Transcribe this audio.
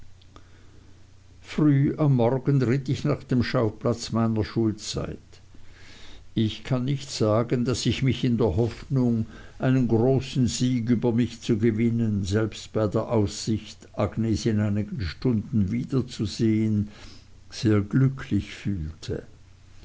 früh am morgen ritt ich nach dem schauplatz meiner schulzeit ich kann nicht sagen daß ich mich in der hoffnung einen großen sieg über mich zu gewinnen selbst bei der aussicht agnes in einigen stunden wiederzusehen sehr glücklich fühlte